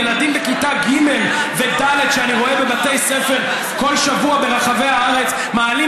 ילדים בכיתה ג' וד' שאני רואה בבתי ספר כל שבוע ברחבי הארץ מעלים